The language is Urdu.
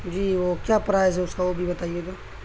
جی وہ کیا پرائز ہے اس کا وہ بھی بتائیے گا